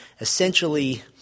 essentially